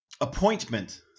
Appointment